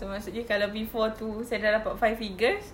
so maksudnya kalau before itu saya sudah dapat five figures